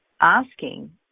asking